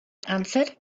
answered